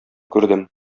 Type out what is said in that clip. күрдем